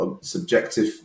subjective